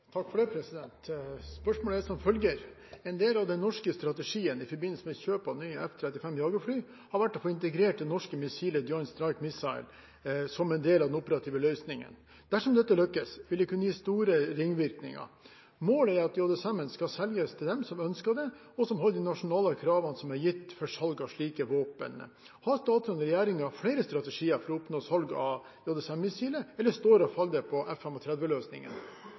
jagerfly har vært å få integrert det norske missilet Joint Strike Missile, JSM, som en del av den operative løsningen. Dersom dette lykkes, vil det kunne gi store ringvirkninger. Målet er at JSM skal kunne selges til dem som ønsker det og som holder de nasjonale krav som er gitt for salg av slike våpen. Har statsråden og regjeringen flere strategier for å oppnå salg av JSM-missilet, eller står og faller det på F-35-løsningen?» Joint Strike Missile utvikles for F-35-kampflyene, og